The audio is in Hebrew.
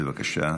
בבקשה.